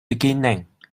beginning